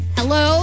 Hello